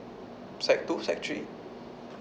sec two sec three